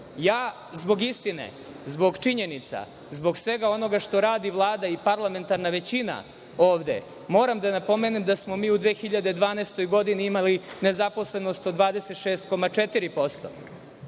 godine. Zbog istine, zbog činjenica, zbog svega onoga što radi Vlada i parlamentarna većina ovde moram da napomenem da smo mi u 2012. godini imali nezaposlenost od 26,4%,